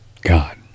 God